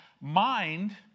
mind